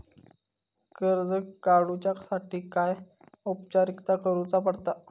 कर्ज काडुच्यासाठी काय औपचारिकता करुचा पडता?